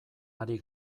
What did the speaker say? ari